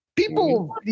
People